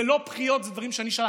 זה לא בכיות, זה דברים שאני שלחתי.